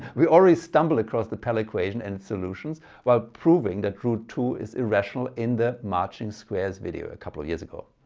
we already stumbled across the pell equation and its solutions while proving that root two is irrational in the marching squares video a couple of years ago.